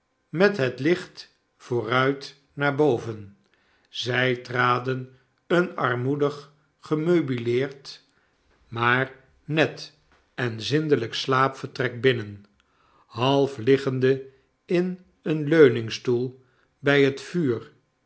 met het licht vooruit naar boven zij traden een armoedig gemeubeleerd maar net en zindelijk slaapvertrek binnen half liggende in een leuningstoel bij het vuur